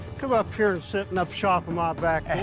come up here setting up shop um um